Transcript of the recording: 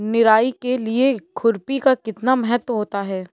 निराई के लिए खुरपी का कितना महत्व होता है?